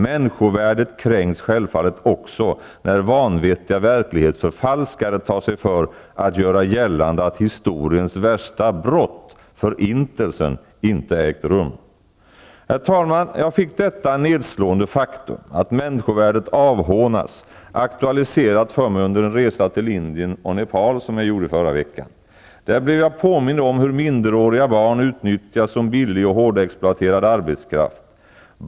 Människovärdet kränks självfallet också när vanvettiga verklighetsförfalskare tar sig för att göra gällande att historiens värsta brott -- förintelsen -- inte ägt rum. Jag fick detta nedslående faktum, att människovärdet avhånas, aktualiserat för mig under den resa till Indien och Nepal som jag gjorde i förra veckan. Där blev jag påmind om hur minderåriga barn utnyttjas som billig och hårdexploaterad arbetskraft.